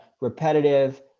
repetitive